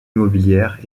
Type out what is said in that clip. immobilière